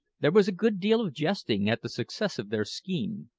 there was a good deal of jesting at the success of their scheme,